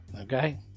Okay